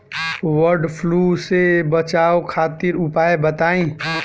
वड फ्लू से बचाव खातिर उपाय बताई?